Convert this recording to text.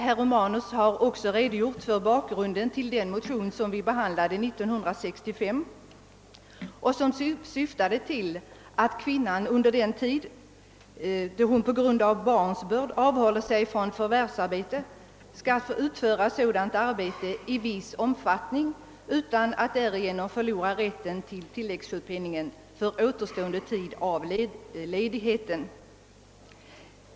Herr Romanus har också redogjort för bakgrunden till den motion som vi behandlade 1965 och som syftade till att kvinna, under den tid då hon på grund av barnsbörd avhåller sig från förvärvsarbete, skall få utföra sådant arbete i viss omfattning utan att därigenom förlora rätten till tilläggssjukpenning för återstående tid av ledigheten.